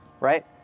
right